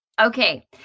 okay